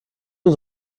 und